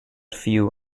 few